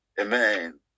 Amen